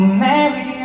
married